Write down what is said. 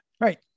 Right